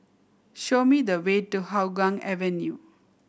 show me the way to Hougang Avenue